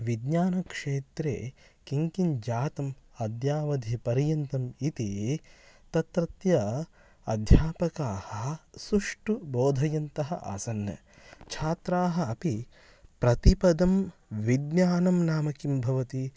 विज्ञानक्षेत्रे किं किं जातम् अद्यावधिपर्यन्तम् इति तत्रत्य अध्यापकाः सुष्ठुः बोधयन्तः आसन् छात्राः अपि प्रतिपदं विज्ञानं नाम किं भवति